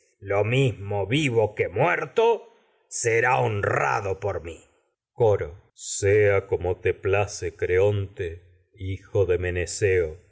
lo mismo vivo que coro sea como te muerto será honrado por mi place creonte hijo de meneceo